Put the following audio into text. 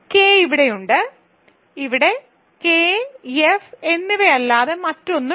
K ഇവിടെയുണ്ട് ഇവിടെ K F എന്നിവയല്ലാതെ മറ്റൊന്നും ഇല്ല